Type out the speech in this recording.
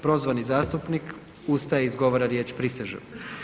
Prozvani zastupnik ustaje i izgovara riječ „Prisežem“